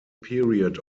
period